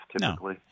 typically